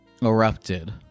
erupted